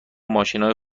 ماشینای